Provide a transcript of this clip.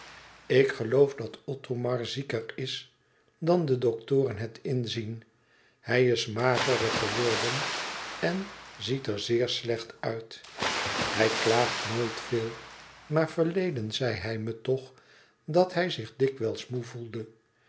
ik geloof dat othomar zieker is dan de doktoren het inzien hij is magerder geworden en ziet er zeer slecht uit hij klaagt nooit veel maar verleden zei hij me toch dat hij zich dikwijls moê voelde